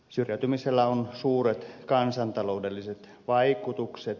syrjäytymisellä on suuret kansantaloudelliset vaikutukset